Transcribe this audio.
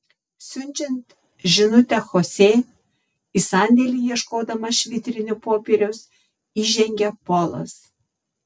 siunčiant žinutę chosė į sandėlį ieškodamas švitrinio popieriaus įžengia polas